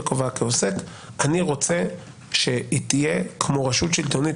כעוסק אני רוצה שהיא תהיה כמו רשות שלטונית